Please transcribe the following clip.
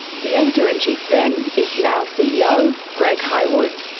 the editor-in-chief then is now-ceo, greg hywood.